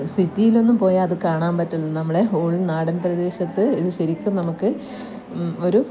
സിറ്റിയില് ഒന്നും പോയാൽ അത് കാണാന് പറ്റില്ല നമ്മളെ ഉൾ നാടന് പ്രദേശത്ത് ഇത് ശരിക്കും നമുക്ക് ഒരു